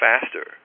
faster